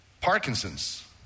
Parkinson's